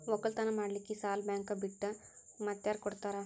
ಒಕ್ಕಲತನ ಮಾಡಲಿಕ್ಕಿ ಸಾಲಾ ಬ್ಯಾಂಕ ಬಿಟ್ಟ ಮಾತ್ಯಾರ ಕೊಡತಾರ?